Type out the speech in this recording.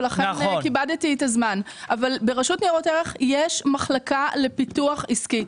אבל ברשות לניירות ערך יש מחלקה לפיתוח עסקי.